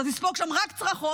כי אתה תספוג שם רק צרחות.